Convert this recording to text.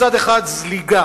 מצד אחד זליגה